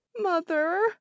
mother